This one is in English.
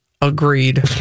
Agreed